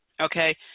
okay